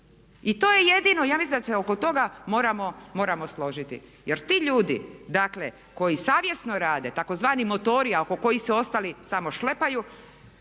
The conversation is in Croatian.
I to je jedino, ja mislim da se oko toga moramo složiti jer ti ljudi dakle koji savjesno rade tzv. motori a oko koji se ostali samo šlepaju